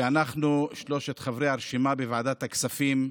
שאנחנו, שלושת חברי הרשימה בוועדת הכספים,